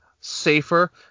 safer